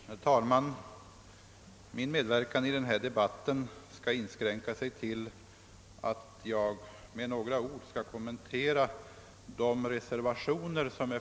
Herr talman! Min del i denna debatt skall inskränka sig till några kommen tarer enbart till reservationerna.